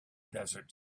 desert